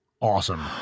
Awesome